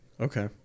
okay